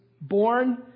born